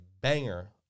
banger